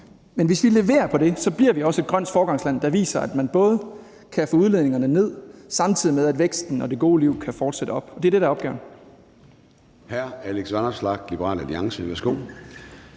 Men hvis vi leverer på det, bliver vi også et grønt foregangsland, der viser, at man både kan få udledningerne ned, samtidig med at væksten og det gode liv kan fortsætte opad, og det er det, der er opgaven.